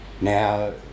Now